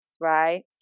right